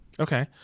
Okay